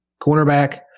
Cornerback